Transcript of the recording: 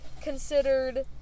considered